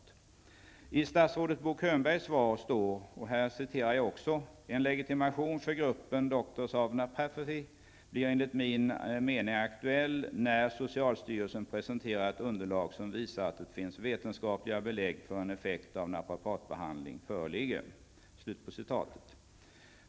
I statsrådet Bo Könbergs svar står: ''En legitimation för gruppen Doctors of Naprapathy blir enligt min mening aktuell när socialstyrelsen presenterar ett underlag som visar att det finns vetenskapliga belägg för att en effekt av naprapatbehandling föreligger.''